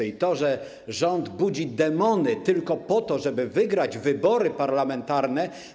I to, że rząd budzi demony tylko po to, żeby wygrać wybory parlamentarne.